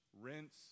rinse